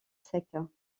secs